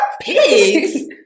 Pigs